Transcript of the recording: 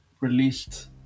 released